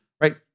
right